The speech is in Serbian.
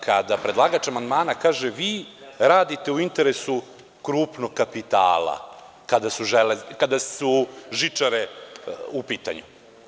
Kada predlagač amandmana kaže – vi radite u interesu krupnog kapitala kada su žičare u pitanju.